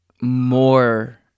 more